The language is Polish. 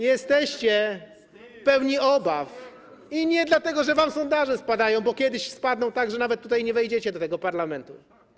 Jesteście pełni obaw i nie dlatego, że wam sondaże spadają, bo kiedyś spadną tak, że nawet nie wejdziecie do tego parlamentu.